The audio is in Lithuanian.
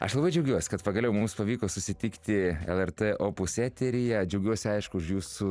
aš labai džiaugiuos kad pagaliau mums pavyko susitikti lrt opus eteryje džiaugiuosi aišku už jūsų